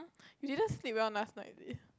we didn't sleep well last Friday